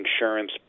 insurance